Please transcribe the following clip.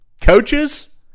coaches